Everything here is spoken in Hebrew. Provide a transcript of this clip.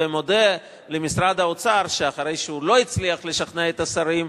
ומודה למשרד האוצר שאחרי שהוא לא הצליח לשכנע את השרים,